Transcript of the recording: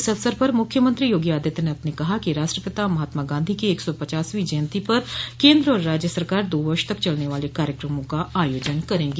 इस अवसर पर मुख्यमंत्री योगी आदित्यनाथ ने कहा कि राष्ट्रपिता महात्मा गांधी की एक सौ पचासवीं जयंती पर केन्द्र और राज्य सरकार दो वर्ष तक चलने वाले कार्यक्रमों का आयोजन करेंगी